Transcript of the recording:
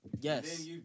Yes